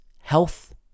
health